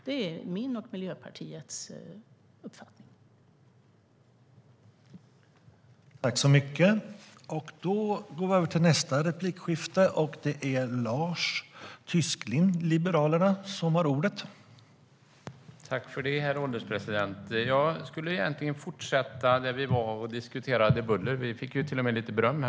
Det är min och Miljöpartiets uppfattning.